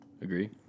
Agree